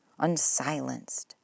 unsilenced